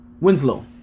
Winslow